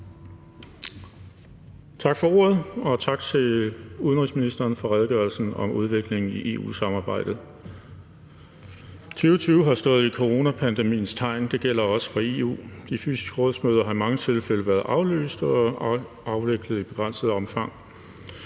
Tak for ordet, og tak til udenrigsministeren for redegørelsen om udviklingen i EU-samarbejdet. 2020 har stået i coronapandemiens tegn, og det gælder også for EU. De fysiske rådsmøder har i mange tilfælde været aflyst eller afviklet i begrænset omfang.